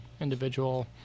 individual